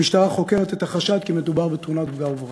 המשטרה חוקרת את החשד שמדובר בתאונת פגע-וברח.